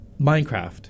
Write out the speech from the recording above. Minecraft